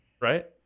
right